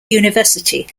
university